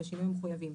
בשינויים המחויבים.